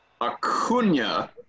Acuna